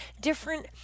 different